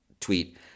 tweet